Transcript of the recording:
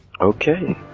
Okay